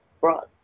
broad